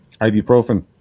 ibuprofen